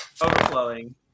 Overflowing